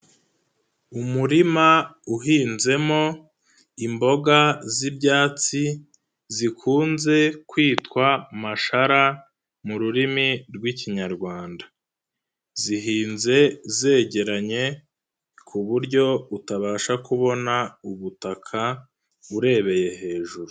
Umurima uhinzemo imboga z'ibyatsi zikunze kwitwa mashara mu rurimi rw'ikinyarwanda ,zihinze zegeranye ku buryo utabasha kubona ubutaka urebeye hejuru.